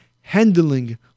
handling